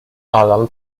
alan